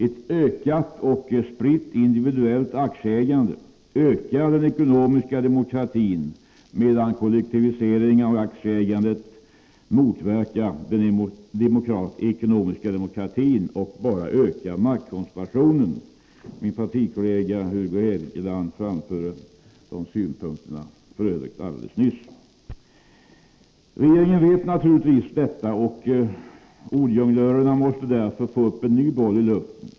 Ett ökat och spritt individuellt aktieägande ökar den ekonomiska demokratin, medan kollektiviseringen av aktieägandet motverkar den ekonomiska demokratin och bara ökar maktkoncentrationen. Min partikollega Hugo Hegeland framförde dessa synpunkter alldeles nyss. Regeringen vet naturligtvis detta, och ordjonglörerna måste därför få upp en ny boll i luften.